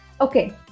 Okay